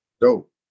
Dope